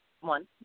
one